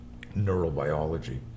neurobiology